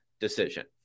decision